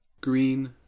Green